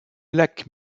lac